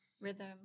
rhythm